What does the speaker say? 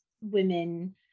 women